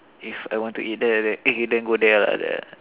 if I want to eat there then eh go there ah like that